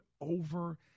over